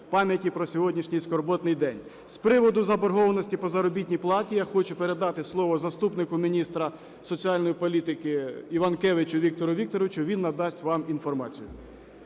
пам'яті про сьогоднішній скорботний день. З приводу заборгованості по заробітній платі я хочу передати слово заступнику міністра соціальної політики Іванкевичу Віктору Вікторовичу, він надасть вам інформацію.